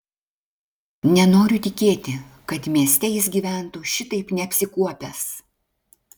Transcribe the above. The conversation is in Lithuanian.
nenoriu tikėti kad mieste jis gyventų šitaip neapsikuopęs